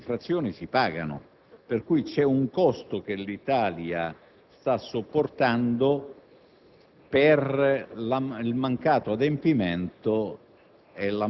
ma anche perché le infrazioni si pagano, per cui c'è un costo che l'Italia sta sopportando